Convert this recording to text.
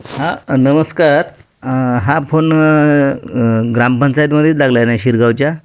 हा नमस्कार हा फोन ग्रामपंचायतमध्येच लागला आहे ना शिरगावच्या